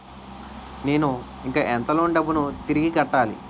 నేను ఇంకా ఎంత లోన్ డబ్బును తిరిగి కట్టాలి?